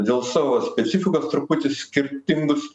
dėl savo specifikos truputį skirtingus